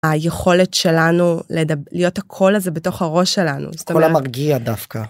היכולת שלנו להיות הקול הזה בתוך הראש שלנו. הקול המרגיע דווקא.